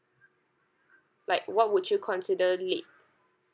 like what would you consider late